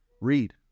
Read